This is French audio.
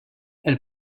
elle